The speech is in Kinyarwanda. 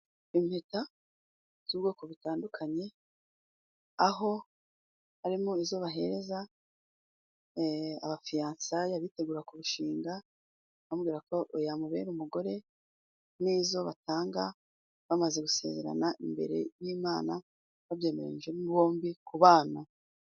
Impeta z'ubwoko butandukanye aho harimo izo bahereza abafiansaye abitegura kurushinga, amubwira ko yamubera umugore, izo batanga bamaze gusezerana imbere y'Imana babyemeranyije bombi kubana.